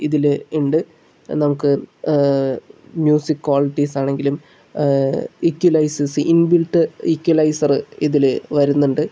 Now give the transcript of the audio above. ഇതിൽ ഉണ്ട് നമുക്ക് മ്യൂസിക് ക്വാളിറ്റീസ് ആണെങ്കിലും ഇക്വിലൈസേഴ്സ് ഇൻബിൽറ്റ് ഇക്വിലൈസർ ഇതിൽ വരുന്നുണ്ട്